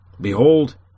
Behold